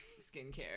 skincare